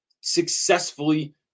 successfully